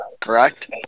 correct